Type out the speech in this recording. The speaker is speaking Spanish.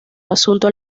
asunto